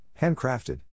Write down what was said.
handcrafted